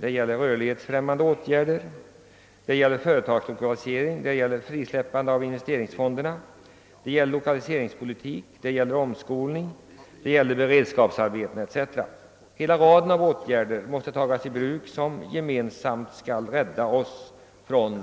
Det gäller rörlighetsfrämjande åtgärder, företagslokalisering, frisläppande av investeringsfonderna, <lokaliseringspolitik, omskolning, beredskapsarbeten etc. Hela raden av dessa åtgärder måste tagas i bruk och gemensamt rädda oss från